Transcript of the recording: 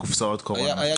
קופסאות קורונה.